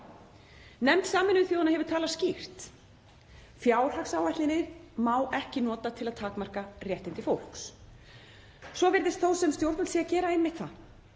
Nefnd Sameinuðu þjóðanna hefur talað skýrt: Fjárhagsáætlanir má ekki nota til að takmarka réttindi fólks. Svo virðist þó sem stjórnvöld séu að gera einmitt það,